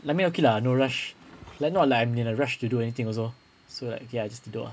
I mean okay lah no rush like not like I'm in a rush to do anything also so like okay lah just tidur ah